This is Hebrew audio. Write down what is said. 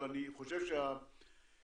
אבל אני חושב שהשקיפות,